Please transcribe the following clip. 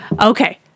Okay